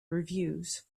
reviews